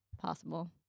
possible